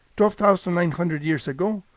twelve thousand nine hundred years ago,